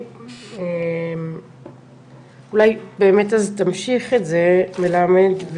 אולי תמשיך את זה מלמד,